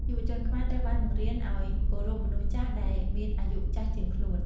យុវជនខ្មែរត្រូវបានបង្រៀនឱ្យគោរពមនុស្សចាស់ដែលមានអាយុចាស់ជាងខ្លួន។